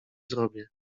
zrobię